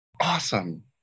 Awesome